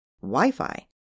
Wi-Fi